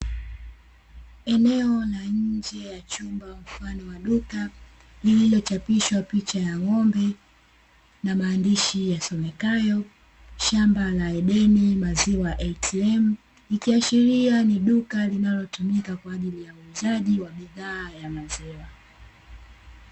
Eneo la nje ya chumba mfano wa duka, lilochapishwa picha ya ng'ombe na maandishi yasomekayo "shamba la edeni maziwa ATM", likiashilia ni duka linalotumika kwa ajili ya uuzaji wa bidhaa ya maziwa.